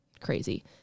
crazy